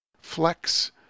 Flex